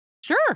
Sure